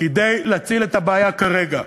כדי להציל את העניין כרגע.